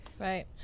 Right